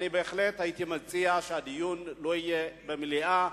אני בהחלט הייתי מציע שהדיון לא יהיה במליאה,